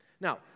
Now